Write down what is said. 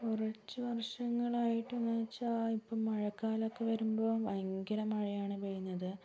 കുറച്ചു വർഷങ്ങളായിട്ട് എന്നുവച്ചാൽ ഇപ്പം മഴക്കാ ലമൊക്കെ വരുമ്പോൾ ഭയങ്കര മഴയാണ് പെയ്യുന്നത്